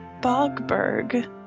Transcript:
Bogberg